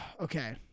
okay